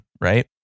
right